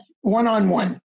one-on-one